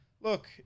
look